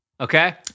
Okay